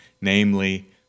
namely